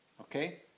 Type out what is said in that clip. Okay